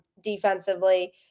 defensively